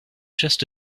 just